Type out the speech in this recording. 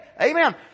Amen